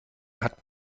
hat